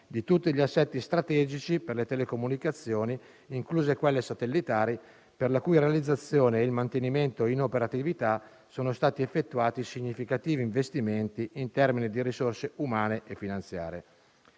di tutti gli assetti strategici per le telecomunicazioni, incluse quelle satellitari, per la cui realizzazione e il mantenimento in operatività sono stati effettuati significativi investimenti in termini di risorse umane e finanziarie.